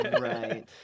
Right